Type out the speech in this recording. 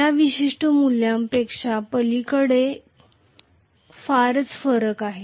या विशिष्ट मूल्यापेक्षा पलीकडे फारच फरक आहे